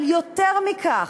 אבל יותר מכך,